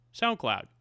SoundCloud